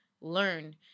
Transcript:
learn